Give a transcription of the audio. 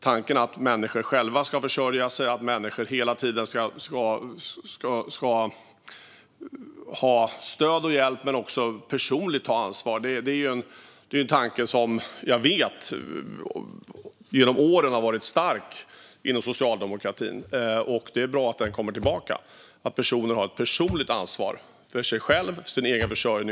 Men att människor ska försörja sig själva - att människor hela tiden ska ha stöd och hjälp men också personligen ta ansvar - är ju en tanke som jag vet har varit stark inom socialdemokratin genom åren, och det är bra att den kommer tillbaka. Människor har ett personligt ansvar för sig själva och sin egen försörjning.